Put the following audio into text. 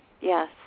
yes